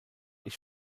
ich